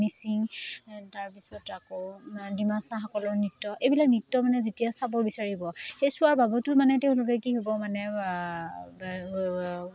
মিচিং তাৰপিছত আকৌ ডিমাচাসকলৰ নৃত্য এইবিলাক নৃত্য মানে যেতিয়া চাব বিচাৰিব সেই চোৱাৰ বাবতো মানে তেওঁলোকে কি হ'ব মানে